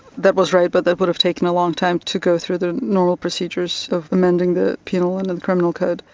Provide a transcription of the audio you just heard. that was right but that would have taken a long time to go through the normal procedures of amending the penal and the criminal code.